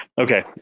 Okay